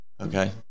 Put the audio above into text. Okay